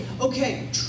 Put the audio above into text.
okay